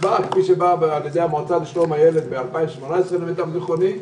באה כפי שבאה על פי המועצה לשלום הילד בשנת 2018 למיטב זיכרוני,